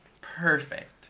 Perfect